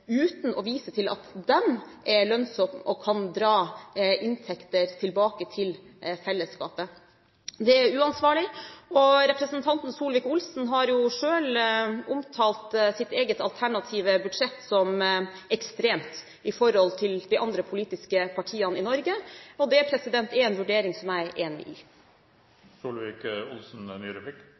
uten å vise til at de er lønnsomme og kan dra inntekter tilbake til fellesskapet. Det er uansvarlig. Representanten Solvik-Olsen har selv omtalt sitt eget alternative budsjett som ekstremt i forhold til budsjettene til de andre politiske partiene i Norge. Det er en vurdering som jeg er enig i.